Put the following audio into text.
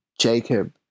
Jacob